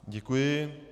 Děkuji.